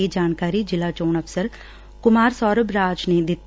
ਇਹ ਜਾਣਕਾਰੀ ਜ਼ਿਲ੍ਹਾ ਚੋਣ ਅਫਸਰ ਕੁਮਾਰ ਸੋਰਭ ਰਾਜ ਨੇ ਦਿੱਤੀ